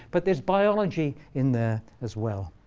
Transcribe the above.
but there's biology in there as well.